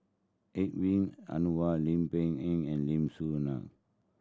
Hedwig Anuar Lim Peng Yan and Lim Soo Ngee